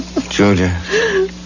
Julia